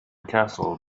castle